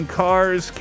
cars